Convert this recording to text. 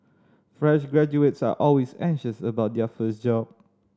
fresh graduates are always anxious about their first job